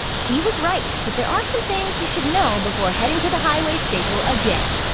he was right, but there are some things you should know before heading to the highway staple again.